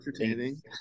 entertaining